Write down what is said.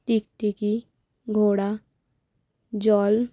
টিকটিকি ঘোড়া জল